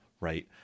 right